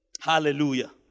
Hallelujah